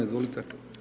Izvolite.